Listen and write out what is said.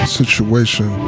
situation